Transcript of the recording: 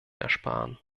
ersparen